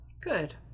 good